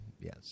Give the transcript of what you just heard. yes